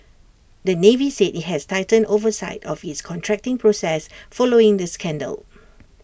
the navy said IT has tightened oversight of its contracting process following this scandal